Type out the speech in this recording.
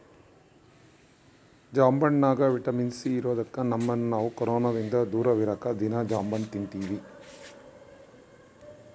ಜಾಂಬಣ್ಣಗ vitamin C ಇರದೊಕ್ಕ ನಮ್ಮನ್ನು ನಾವು ಕೊರೊನದಿಂದ ದೂರವಿರಕ ದೀನಾ ಜಾಂಬಣ್ಣು ತಿನ್ತಿವಿ